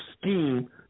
scheme